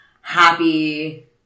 happy